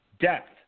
depth